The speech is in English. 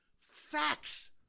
facts